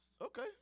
Okay